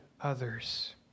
others